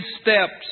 steps